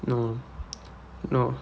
no no